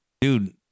dude